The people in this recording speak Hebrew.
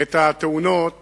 את התאונות